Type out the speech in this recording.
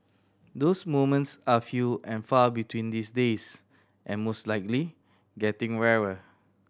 those moments are few and far between these days and most likely getting rarer